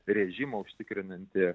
režimą užtikrinantį